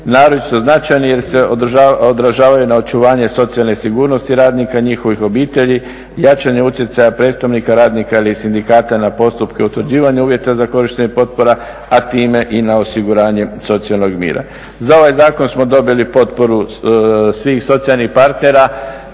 naročito značajni jer se odražavaju na očuvanje socijalne sigurnosti radnika i njihovih obitelji, jačanje utjecaja predstavnika radnika ili sindikata na postupke utvrđivanja uvjeta za korištenje potpora, a time i na osiguranje socijalnog mira. Za ovaj zakon smo dobili potporu svih socijalnih partnera